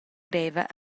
greva